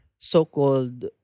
so-called